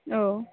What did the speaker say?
औ